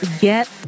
get